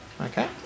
Okay